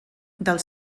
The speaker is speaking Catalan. del